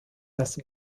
das